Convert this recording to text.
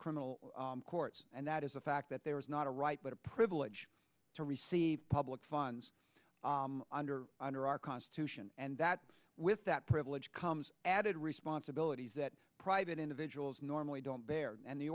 criminal courts and that is a fact that there is not a right but a privilege to receive public funds under under our constitution and that with that privilege comes added responsibilities that private individuals normally don't bear and the